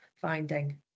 finding